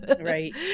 Right